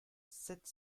sept